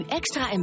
extra